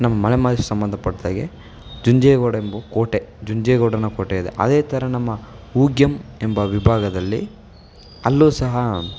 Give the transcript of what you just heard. ನಮ್ಮ ಮಲೆ ಮಾದೇಶ ಸಂಬಂಧಪಟ್ಹಾಗೆ ಜುಂಜೇಗೌಡ ಎಂಬ ಕೋಟೆ ಜುಂಜೇಗೌಡನ ಕೋಟೆ ಇದೆ ಅದೇ ಥರ ನಮ್ಮ ಹೂಗ್ಯಂ ಎಂಬ ವಿಭಾಗದಲ್ಲಿ ಅಲ್ಲೂ ಸಹ